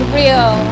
real